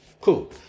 cool